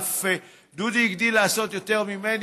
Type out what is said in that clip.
ואף דודי הגדיל לעשות יותר ממני,